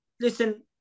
listen